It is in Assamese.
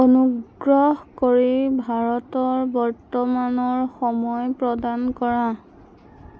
অনুগ্ৰহ কৰি ভাৰতৰ বৰ্তমানৰ সময় প্ৰদান কৰা